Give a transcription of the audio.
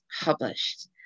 published